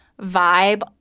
vibe